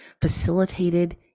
facilitated